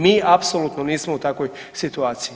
Mi apsolutno nismo u takvoj situaciji.